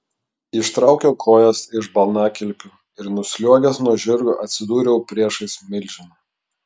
ištraukiau kojas iš balnakilpių ir nusliuogęs nuo žirgo atsidūriau priešais milžiną